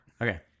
Okay